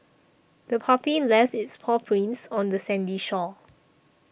the puppy left its paw prints on the sandy shore